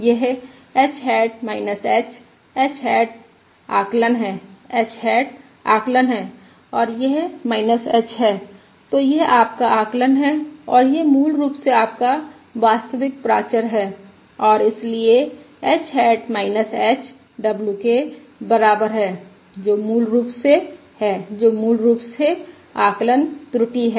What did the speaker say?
यह h hat h h hat आकलन है h हैट आकलन है और यह h है तो यह आपका आकलन है और यह मूल रूप से आपका वास्तविक प्राचर है और इसलिए h हैट h w के बराबर है जो मूल रूप से है जो मूल रूप से आकलन त्रुटि है